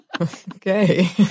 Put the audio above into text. Okay